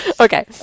Okay